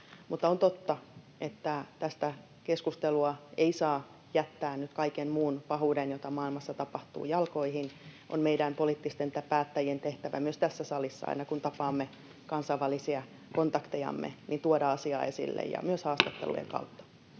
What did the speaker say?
On totta, että tästä keskustelua ei saa jättää nyt kaiken muun pahuuden, jota maailmassa tapahtuu, jalkoihin. On meidän poliittisten päättäjien tehtävä myös tässä salissa, aina kun tapaamme kansainvälisiä kontaktejamme, tuoda asiaa esille, ja myös haastattelujen kautta.